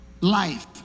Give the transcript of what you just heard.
life